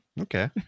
Okay